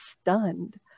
stunned